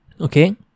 okay